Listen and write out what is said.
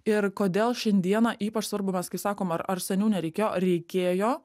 ir kodėl šiandieną ypač svarbu mes kai sakom ar ar seniau nereikėjo reikėjo